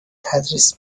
تدریس